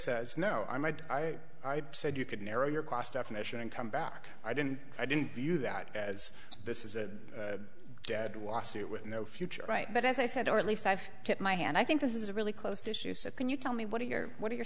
says no i did i said you could narrow your class definition and come back i didn't i didn't view that as this is a dead lawsuit with no future right but as i said or at least i've kept my hand i think this is a really close to issues that can you tell me what are your what are your